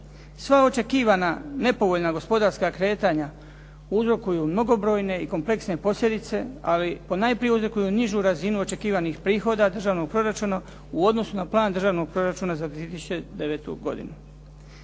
Sva očekivana nepovoljna gospodarska kretanja uzrokuju mnogobrojne i kompleksne posljedice, ali ponajprije uzrokuju nižu razinu očekivanih prihoda državnog proračuna u odnosu na Plan Državnog proračuna za 2009. godinu.